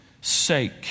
sake